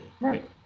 Right